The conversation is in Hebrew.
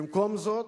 במקום זאת,